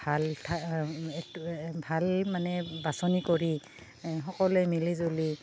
ভাল ঠাই এক ভাল মানে বাছনি কৰি এই সকলোৱে মিলি জুলি